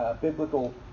biblical